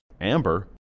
Amber